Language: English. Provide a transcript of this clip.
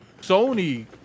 Sony